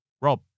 Rob